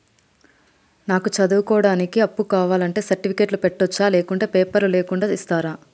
నాకు చదువుకోవడానికి అప్పు కావాలంటే సర్టిఫికెట్లు పెట్టొచ్చా లేకుంటే పేపర్లు లేకుండా ఇస్తరా?